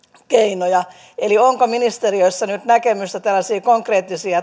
keinoja eli onko ministeriössä nyt näkemystä tällaisista konkreettisista